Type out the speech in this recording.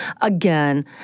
Again